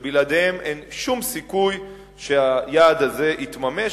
שבלעדיהם אין שום סיכוי שהיעד הזה יתממש,